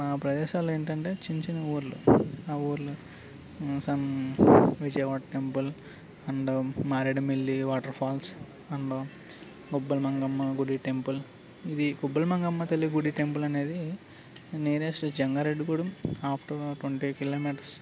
మా ప్రదేశాలు ఏంటంటే చిన్న చిన్న ఊళ్ళు ఆ ఊళ్ళు సం Vijayawada temple and Maredumilli waterfalls and Gubbal Mangamma గుడి టెంపుల్ ఇది గుబ్బలి మంగమ్మ తల్లి గుడి టెంపుల్ అనేది nearest Jangareddygudem after twenty kilometres